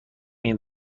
این